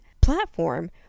platform